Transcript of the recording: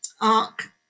ARC